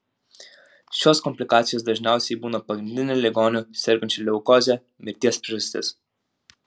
šios komplikacijos dažniausiai būna pagrindinė ligonių sergančių leukoze mirties priežastis